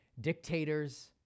dictators